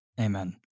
Amen